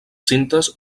cintes